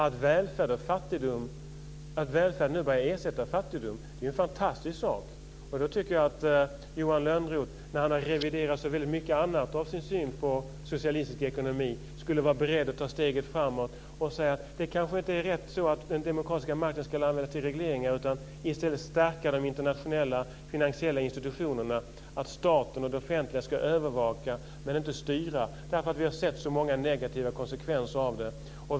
Att välfärd nu börjar ersätta fattigdom är en fantastisk sak. Då tycker jag att Johan Lönnroth, som har reviderat så mycket av sin syn på socialistisk ekonomi, ska vara beredd att ta steget framåt och säga så här: Det kanske inte är rätt att den demokratiska makten ska användas till regleringar, utan man ska i stället stärka de internationella finansiella institutionerna. Staten och det offentliga ska övervaka men inte styra, därför att vi har sett så många negativa konsekvenser av det.